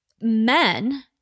men